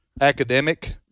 academic